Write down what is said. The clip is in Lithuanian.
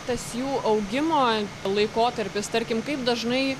tas jų augimo laikotarpis tarkim kaip dažnai